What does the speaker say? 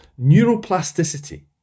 neuroplasticity